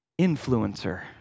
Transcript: influencer